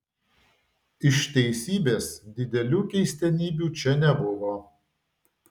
iš teisybės didelių keistenybių čia nebuvo